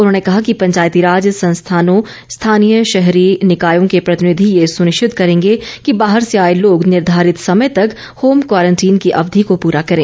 उन्होंने कहा कि पंचायतीराज संस्थानों स्थानीय शहरी निकायों के प्रतिनिधि ये सुनिश्चित करेंगे कि बाहर से आए लोग निर्धारित समय तक होम क्वारंटीन की अवधि को पूरा करें